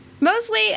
Mostly